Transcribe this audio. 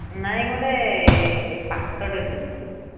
ନାଇଁ ଗୋଟେ ପାଟଟେ ନେବି ଭାବିଛି